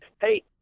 Hey